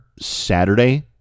Saturday